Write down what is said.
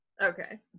Okay